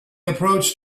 approached